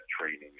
training